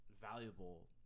valuable